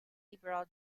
liberal